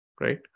right